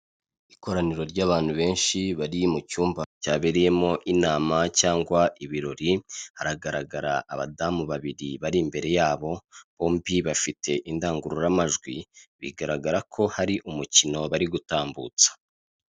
Ikoraniro ry'abantu benshi bari mu cyumba cyabereyemo inama cyangwa ibirori, haragaragara abadamu babiri bari imbere yabo, bombi bafite indangururamajwi bigaragara ko hari umukino bari gutambutsa.